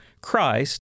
Christ